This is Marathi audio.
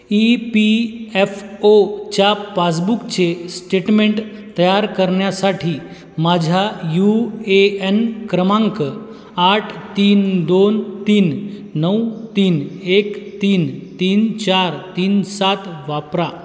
ई पी एफ ओच्या पासबुकचे स्टेटमेंट तयार करण्यासाठी माझ्या यू ए एन क्रमांक आठ तीन दोन तीन नऊ तीन एक तीन तीन चार तीन सात वापरा